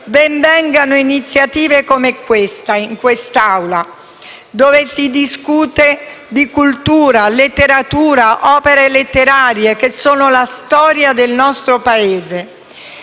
ben vengano iniziative come questa in Assemblea, in cui si discute di cultura, letteratura e opere letterarie, che sono la storia del nostro Paese.